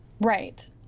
Right